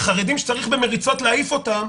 החרדים שצריך במריצות להעיף אותם,